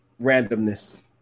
randomness